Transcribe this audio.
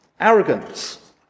arrogance